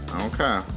Okay